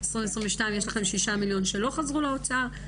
יש לכם 6 מיליון שלא חזרו לאוצר.